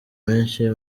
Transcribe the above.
benshi